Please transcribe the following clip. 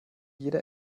jeder